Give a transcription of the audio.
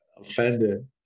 offended